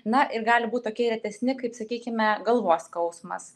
na ir gali būt tokie retesni kaip sakykime galvos skausmas